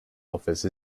office